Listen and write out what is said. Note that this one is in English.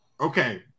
okay